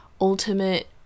ultimate